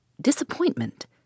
Disappointment